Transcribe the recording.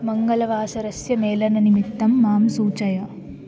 मङ्गलवासरस्य मेलननिमित्तं मां सूचय